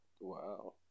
Wow